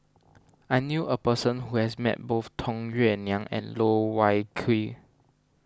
I knew a person who has met both Tung Yue Nang and Loh Wai Kiew